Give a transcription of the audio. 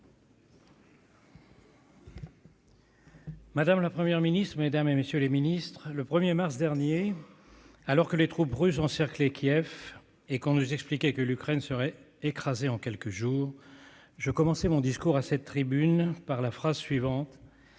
Madame la Première ministre, mesdames, messieurs les ministres, le 1 mars dernier, alors que les troupes russes encerclaient Kiev, et qu'on nous expliquait que l'Ukraine serait écrasée en quelques jours, je commençais mon discours à cette tribune par la phrase suivante